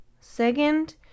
Second